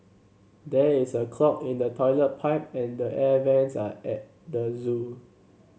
there is a clog in the toilet pipe and the air vents at air the zoo